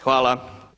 Hvala.